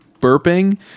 burping